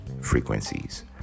frequencies